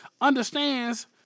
understands